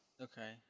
Okay